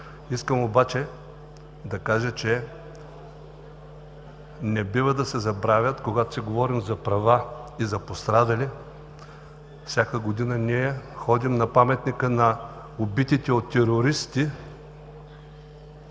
Искам обаче да кажа, че не бива да се забравят, когато си говорим за права и за пострадали – всяка година ние ходим на Паметника на убитите от терористи